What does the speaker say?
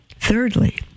Thirdly